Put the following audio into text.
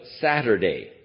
Saturday